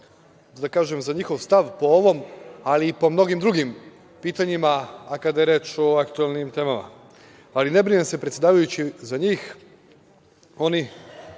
da kažem, za njihov stav po ovom, ali i po mnogim drugim pitanjima, a kada je reč o aktuelnim temama. Ali, ne brinem se, predsedavajući, za njih. Oni